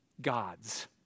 Gods